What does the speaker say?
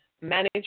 Manage